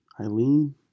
Eileen